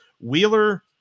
wheeler